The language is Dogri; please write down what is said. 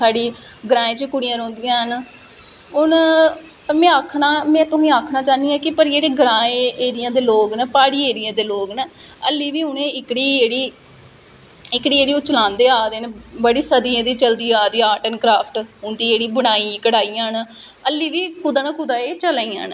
अगर लोकें गी पता गै नेईं होग तुस कोई बी तुस आर्टिसट ओ तुस ड्राइंग करी सकदे ओ तुस आर्ट एंड कराफट करी सकने ओ ते लोकें गी पता कियां लग्गना कि तुस आटिस्ट ओ तांहिये करिये कोई बी कम्पीटिशन होंदा ओहदे बिच इस्सै लेई ओहदे च पार्ट लैओ अग्गै ओह् होवो सारे लोकें गी सनाओ कि तुस